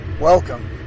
Welcome